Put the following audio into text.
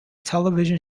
television